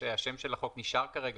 שם החוק נשאר כרגע.